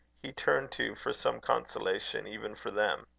he turned to for some consolation even for them.